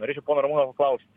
norėčiau pono ramūno paklaust